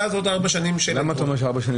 ואז עוד ארבע שנים --- למה אתה אומר ארבע שנים?